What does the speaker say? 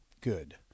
good